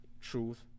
Truth